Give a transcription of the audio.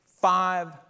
Five